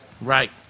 Right